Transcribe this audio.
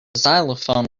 xylophone